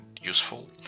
useful